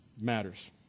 matters